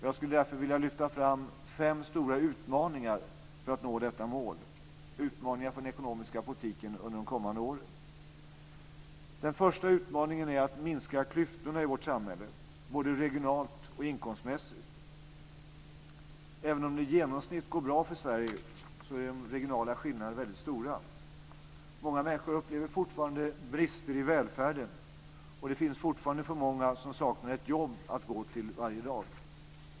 Jag skulle därför vilja lyfta fram fem stora utmaningar för den ekonomiska politiken under de kommande åren när det gäller att nå detta mål. Den första utmaningen är att minska klyftorna i vårt samhälle, både regionalt och inkomstmässigt. Även om det i genomsnitt går bra för Sverige är de regionala skillnaderna väldigt stora. Många människor upplever fortfarande brister i välfärden, och fortfarande saknar alltför många ett jobb att gå till varje dag.